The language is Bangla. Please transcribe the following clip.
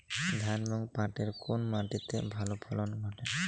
ধান এবং পাটের কোন মাটি তে ভালো ফলন ঘটে?